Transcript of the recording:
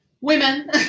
Women